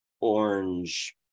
orange